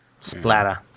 Splatter